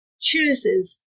chooses